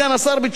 בתשובתך,